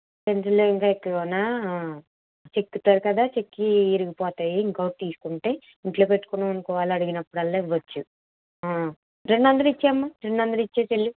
pencil ఇంకా ఎక్కువ ఇవ్వనా చెక్కుతారు కదా చెక్కి విరిగిపోతాయి ఇంకోకటి తీసుకుంటే ఇంట్లో పెట్టుకున్నావు అనుకో వాళ్ళు అడిగినప్పుడల్లా ఇవ్వచ్చు రెండు వందలు ఇచ్చేయి అమ్మ రెండు వందలు ఇచ్చేయి తల్లి